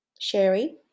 Sherry